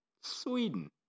sweden